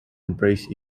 embrace